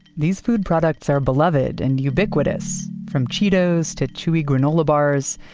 these food products are beloved and ubiquitous from cheetos to chewy granola bars.